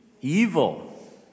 evil